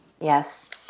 Yes